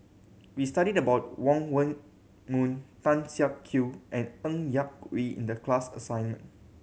we studied about Wong Meng Voon Tan Siak Kew and Ng Yak Whee in the class assignment